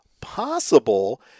possible